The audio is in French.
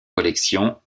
collections